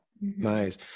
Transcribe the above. Nice